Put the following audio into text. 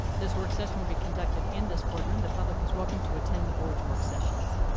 this work session will be conducted in this boardroom. the public is welcome to attend the board's work sessions.